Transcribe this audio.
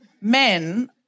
men